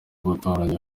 gutunganya